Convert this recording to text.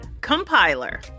Compiler